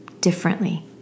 differently